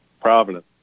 Providence